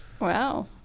Wow